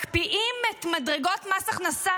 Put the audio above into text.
מקפיאים את מדרגות מס הכנסה,